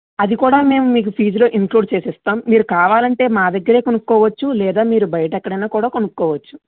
అది కూడా మేము మీకు ఫీజు లో ఇన్క్లూడ్ చేసేస్తాం మీరు కావాలంటే మా దగ్గరే కొనుక్కోవచ్చు లేదా మీరు బయట ఎక్కడైనా కూడా కొనుక్కోవచ్చు